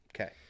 Okay